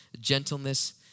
gentleness